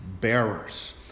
bearers